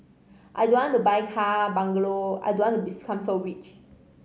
I don't want to buy car bungalow I don't want to become so rich